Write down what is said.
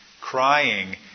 crying